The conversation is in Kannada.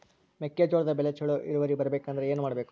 ಮೆಕ್ಕೆಜೋಳದ ಬೆಳೆ ಚೊಲೊ ಇಳುವರಿ ಬರಬೇಕಂದ್ರೆ ಏನು ಮಾಡಬೇಕು?